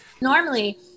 Normally